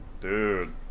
Dude